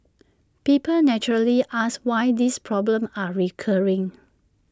people naturally ask why these problems are recurring